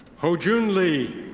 ho jun lee.